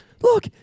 look